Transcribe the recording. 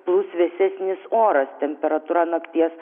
plūs vėsesnis oras temperatūra nakties